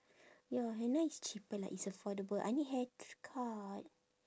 ya henna is cheaper like it's affordable I need hair tr~ cut